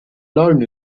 known